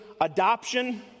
adoption